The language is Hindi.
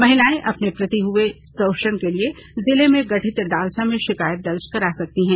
महिलाएं अपने प्रति हुए शोषण के लिए जिले में गठित डालसा में शिकायत दर्ज करा सकती है